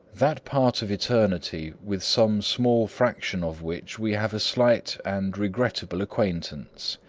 that part of eternity with some small fraction of which we have a slight and regrettable acquaintance.